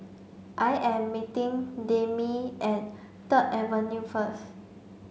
I am meeting Demi at Third Avenue first